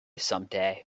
someday